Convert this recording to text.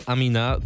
Amina